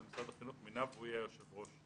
משרד החינוך מינה והוא יהיה היושב ראש.